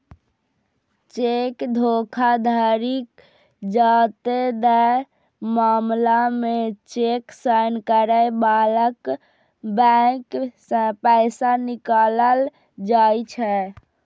cheque धोखाधड़ीक जादेतर मामला मे चेक साइन करै बलाक बैंक सं पैसा निकालल जाइ छै